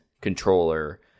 controller